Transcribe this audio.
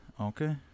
Okay